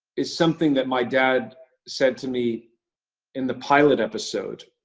is something that my dad said to me in the pilot episode.